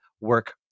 work